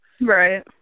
Right